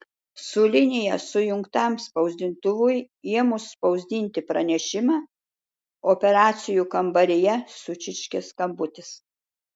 su linija sujungtam spausdintuvui ėmus spausdinti pranešimą operacijų kambaryje sučirškė skambutis